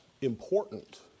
important